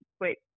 wait